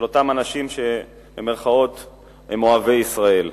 של אותם אנשים שהם "אוהבי ישראל".